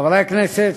חברי הכנסת,